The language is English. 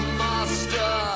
master